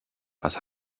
was